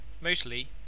mostly